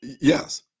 Yes